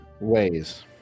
ways